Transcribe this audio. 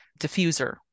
diffuser